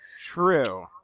True